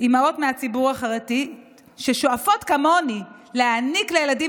מהציבור החרדי ששואפות כמוני להעניק לילדים